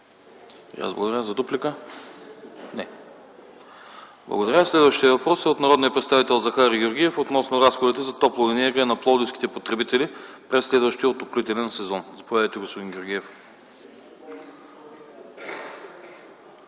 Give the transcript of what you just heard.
аз благодаря. Дуплика? Няма да има. Следващият въпрос е от народния представител Захари Георгиев относно разходите за топлоенергия на пловдивските потребители през следващия отоплителен сезон. Заповядайте, господин Георгиев.